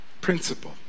principle